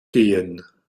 gehen